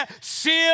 sealed